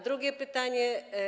Drugie pytanie.